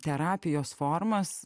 terapijos formas